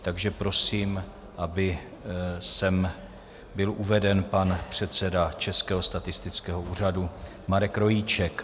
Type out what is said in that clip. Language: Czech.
Takže prosím, aby sem byl uveden pan předseda Českého statistického úřadu Marek Rojíček.